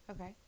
Okay